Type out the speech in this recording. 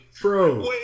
Bro